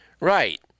Right